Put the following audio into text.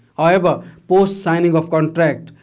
however, post signing of contract,